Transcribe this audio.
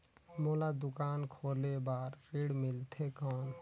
मोला दुकान खोले बार ऋण मिलथे कौन?